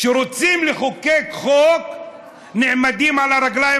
כשרוצים לחוקק חוק נעמדים על הרגליים